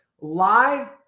live